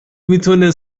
میتونه